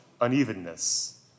unevenness